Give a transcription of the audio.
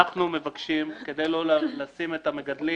אנחנו מבקשים, כדי לא להשים את המגדלים